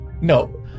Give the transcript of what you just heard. no